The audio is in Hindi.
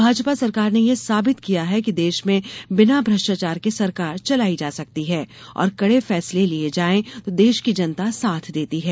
भाजपा सरकार ने यह साबित किया है कि देश में बिना भ्रष्टाचार के सरकार चलाई जा सकती है और कड़े फैंसले लिये जायें तो देश की जनता साथ देती है